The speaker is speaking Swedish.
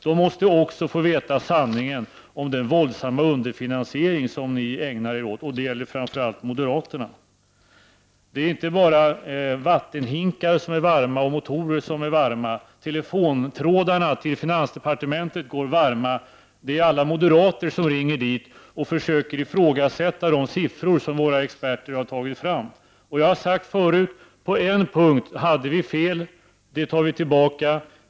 De måste också få veta sanningen om den våldsamma underfinansiering ni ägnar er åt. Det gäller framför allt moderaterna. Det är inte bara vattenhinkar och motorer som är varma, telefontrådarna till finansdepartementet går också varma på grund av alla moderater som ringer dit och försöker ifrågasätta de siffror som våra experter har tagit fram. Jag har sagt det förut: På en punkt hade vi fel. Det tar vi tillbaka.